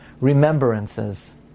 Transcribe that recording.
Remembrances